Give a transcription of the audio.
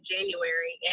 January